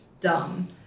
dumb